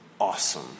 awesome